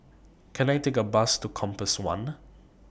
Can I Take A Bus to Compass one